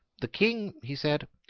the king, he said,